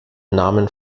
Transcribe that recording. namen